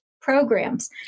programs